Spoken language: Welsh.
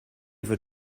fod